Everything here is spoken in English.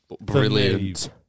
Brilliant